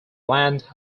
land